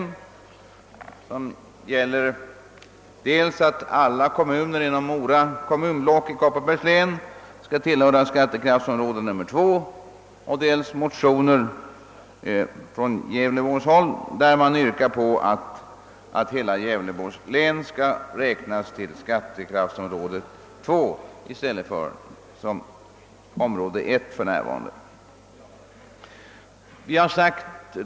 I motionerna krävs dels att alla kommuner inom Mora kommunblock i Kopparbergs län skall tillhöra skattekraftsområde 2 och dels — detta senare gäller motionen från Gävleborgs län — att hela detta län skall hänföras till skattekraftsområde 2 i stället för såsom för närvarande är förhållandet till skattekraftsområde 1.